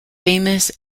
famous